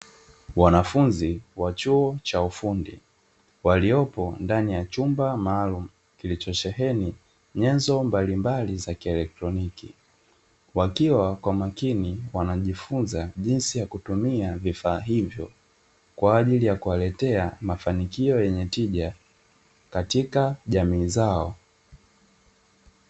Wanafunzi wa chuo cha ufundi waliopo ndani ya chumba maalum kilichosheheni nyenzo mbalimbali za kielektroniki. Wakiwa kwa makini wanajifunza jinsi ya kutumia vifaa hivyo kwa ajili ya kuwaletea mafanikio yenye tija katika jamii zao.